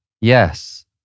Yes